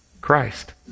Christ